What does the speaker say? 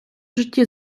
житті